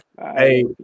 hey